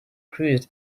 cruised